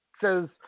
says